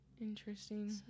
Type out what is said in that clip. Interesting